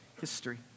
history